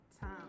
time